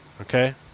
Okay